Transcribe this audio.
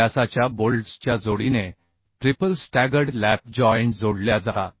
व्यासाच्या बोल्ट्सच्या जोडीने ट्रिपल स्टॅगर्ड लॅप जॉइंट जोडल्या जातात